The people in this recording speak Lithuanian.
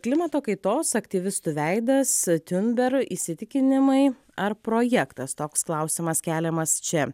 klimato kaitos aktyvistų veidas tiunber įsitikinimai ar projektas toks klausimas keliamas čia